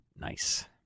Nice